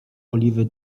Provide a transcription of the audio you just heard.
oliwy